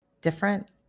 different